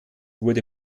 wurde